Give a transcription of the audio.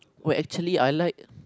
wait actually I like